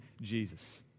Jesus